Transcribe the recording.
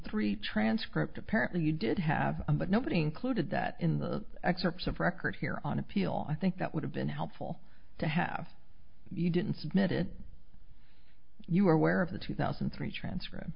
three transcript apparently you did have but nobody included that in the excerpts of record here on appeal i think that would have been helpful to have you didn't submit it you were aware of the two thousand and three transcri